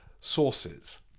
sources